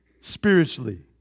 spiritually